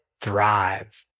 thrive